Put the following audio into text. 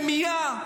מימייה,